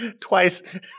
twice